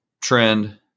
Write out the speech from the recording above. trend